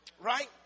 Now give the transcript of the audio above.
right